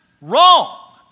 wrong